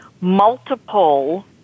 multiple